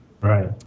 Right